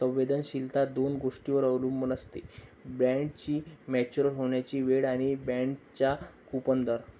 संवेदनशीलता दोन गोष्टींवर अवलंबून असते, बॉण्डची मॅच्युरिटी होण्याची वेळ आणि बाँडचा कूपन दर